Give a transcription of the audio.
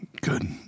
good